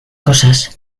cosas